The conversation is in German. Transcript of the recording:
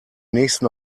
nächsten